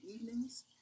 evenings